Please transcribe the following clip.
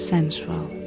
Sensual